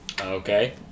Okay